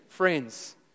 Friends